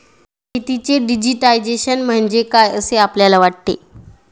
शेतीचे डिजिटायझेशन म्हणजे काय असे आपल्याला वाटते?